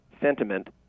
sentiment